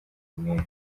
umwere